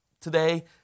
today